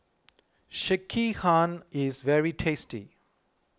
Sekihan is very tasty